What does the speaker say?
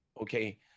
Okay